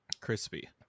Crispy